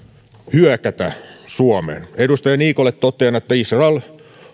hyökätä suomeen edustaja niikolle totean että israel